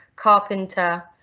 carpenter,